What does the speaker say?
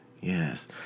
yes